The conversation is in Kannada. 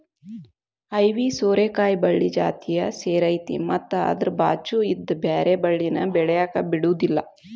ಐವಿ ಸೋರೆಕಾಯಿ ಬಳ್ಳಿ ಜಾತಿಯ ಸೇರೈತಿ ಮತ್ತ ಅದ್ರ ಬಾಚು ಇದ್ದ ಬ್ಯಾರೆ ಬಳ್ಳಿನ ಬೆಳ್ಯಾಕ ಬಿಡುದಿಲ್ಲಾ